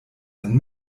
ein